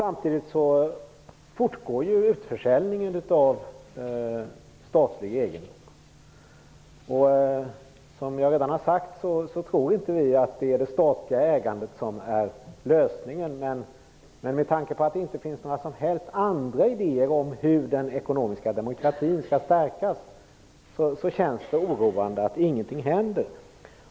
Samtidigt fortgår utförsäljningen av statlig egendom. Som jag redan har sagt tror inte vi att det statliga ägandet är lösningen. Men med tanke på att det inte finns några som helst andra idéer om hur den ekonomiska demokratin skall stärkas, känns det oroande att ingenting händer.